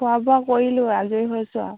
খোৱা বোৱা কৰিলোঁ আজৰি হৈছোঁ আৰু